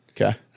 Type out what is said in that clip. Okay